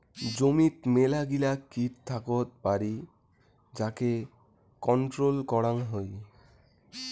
জমিত মেলাগিলা কিট থাকত পারি যাকে কন্ট্রোল করাং হই